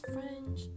French